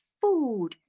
food